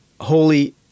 holy